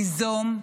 ליזום,